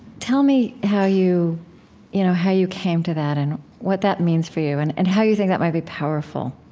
tell me how you you know how you came to that and what that means for you and and how you think that might be powerful